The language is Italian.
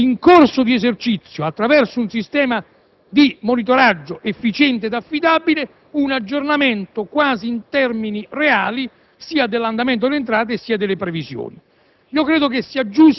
tale da permettere, in corso di esercizio, attraverso un sistema di monitoraggio efficiente ed affidabile, un aggiornamento quasi in termini reali sia dell'andamento delle entrate, sia delle previsioni.